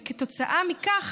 וכתוצאה מכך